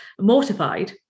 Mortified